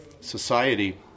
society